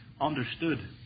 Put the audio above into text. understood